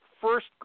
First